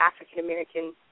African-American